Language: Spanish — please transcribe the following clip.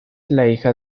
hija